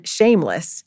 shameless